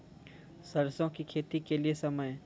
सरसों की खेती के लिए समय?